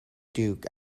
duke